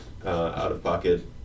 out-of-pocket